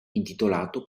intitolato